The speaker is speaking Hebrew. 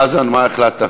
חזן, מה החלטת?